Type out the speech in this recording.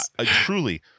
Truly